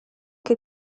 che